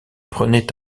prenait